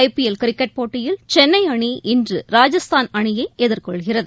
ஐ PL cricket போட்டியில் சென்னைஅணி இன்று ராஜஸ்தான் அணியைஎதிர்கொள்கிறது